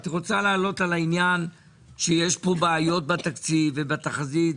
את רוצה לעלות על העניין שיש פה בעיות בתקציב ובתחזית,